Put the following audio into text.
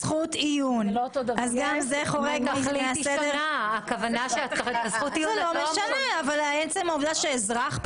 זכות עיון זה חורג מהסדר ------ אבל הערכת מסוכנות אנחנו